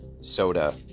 soda